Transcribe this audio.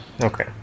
Okay